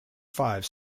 five